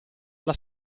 alla